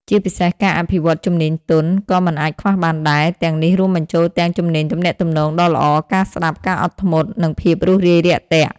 ជាពិសេសការអភិវឌ្ឍន៍ជំនាញទន់ ក៏មិនអាចខ្វះបានដែរ ទាំងនេះរួមបញ្ចូលទាំង ជំនាញទំនាក់ទំនង ដ៏ល្អ ការស្តាប់ ការអត់ធ្មត់ និងភាពរួសរាយរាក់ទាក់។